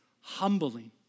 humbling